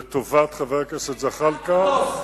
לטובת חבר הכנסת זחאלקה,